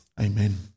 amen